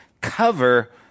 cover